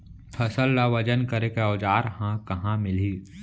फसल ला वजन करे के औज़ार हा कहाँ मिलही?